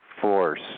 force